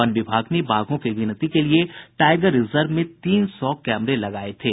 one विभाग ने बाघों की गिनती के लिए टाईगर रिजर्व में तीन सौ कैमरे लगाये थे